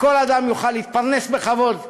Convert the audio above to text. שכל אדם יוכל להתפרנס בכבוד,